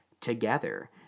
together